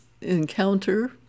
encounter